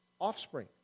offspring